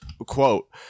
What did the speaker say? quote